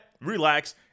relax